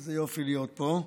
איזה יופי להיות פה.